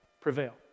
prevail